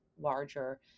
larger